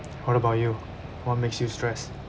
what about you what makes you stressed